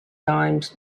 times